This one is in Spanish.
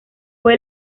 fue